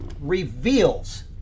reveals